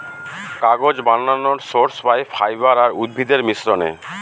কাগজ বানানর সোর্স পাই ফাইবার আর উদ্ভিদের মিশ্রনে